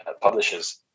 publishers